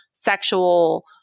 sexual